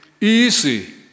easy